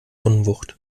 unwucht